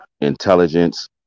intelligence